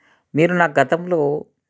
నేను నా గతంలో